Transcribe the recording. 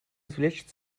извлечь